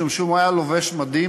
משום שאם הוא היה לובש מדים,